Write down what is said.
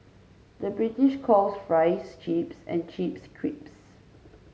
the British calls fries chips and chips crisps